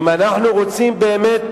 אם אנחנו רוצים באמת